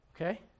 Okay